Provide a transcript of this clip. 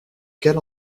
quelle